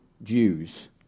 Jews